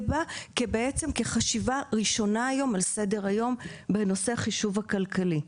היום זה בא כחשיבה ראשונה על סדר היום בנושא החישוב הכלכלי.